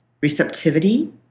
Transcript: receptivity